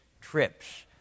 trips